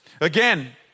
Again